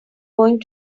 going